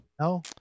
No